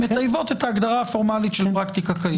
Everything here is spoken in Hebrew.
מטייבות את ההגדרה הפורמלית של פרקטיקה קיימת.